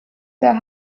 der